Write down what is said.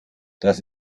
das